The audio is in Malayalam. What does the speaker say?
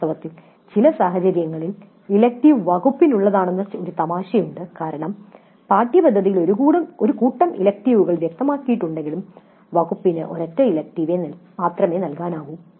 വാസ്തവത്തിൽ ചില സാഹചര്യങ്ങളിൽ ഇലക്ടീവ് വകുപ്പിനുള്ളതാണെന്ന ഒരു തമാശയുണ്ട് കാരണം പാഠ്യപദ്ധതിയിൽ ഒരു കൂട്ടം ഇലക്ടീവ് വ്യക്തമാക്കിയിട്ടുണ്ടെങ്കിലും വകുപ്പിന് ഒരൊറ്റ ഇലക്ടീവ് മാത്രമേ നൽകാനാകൂ